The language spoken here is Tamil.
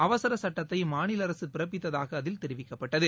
அவசரச் சட்டத்தை மாநில அரசு பிறப்பித்ததாக அதில் தெரிவிக்கப்பட்டுள்ளது